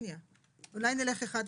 אולי נלך אחד-אחד.